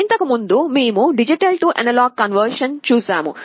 ఇంతకుముందు మేము D A conversion చూశాము